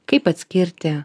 kaip atskirti